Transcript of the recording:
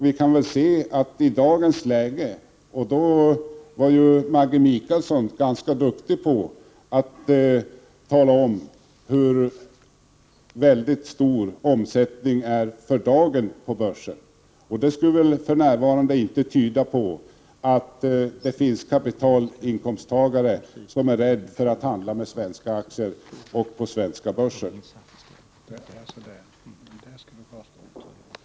Maggi Mikaelsson var ganska duktig på att tala om hur väldigt stor omsättningen är för dagen på börsen, och det kan väl då inte tyda på att kapitalplacerarna är rädda för att handla med svenska aktier på den svenska börsen.